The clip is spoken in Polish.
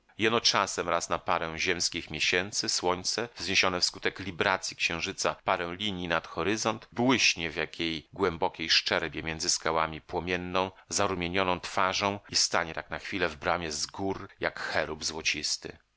jeno czasem raz na parę ziemskich miesięcy słońce wzniesione wskutek libracji księżyca parę linij nad horyzont błyśnie w jakiej głębokiej szczerbie między skałami płomienną zarumienioną twarzą i stanie tak na chwilę w bramie z gór jak cherub złocisty